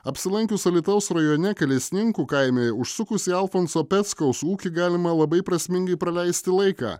apsilankius alytaus rajone kalesninkų kaime užsukus į alfonso peckaus ūkį galima labai prasmingai praleisti laiką